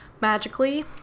magically